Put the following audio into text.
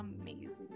Amazing